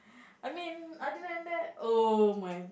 I mean other than that oh my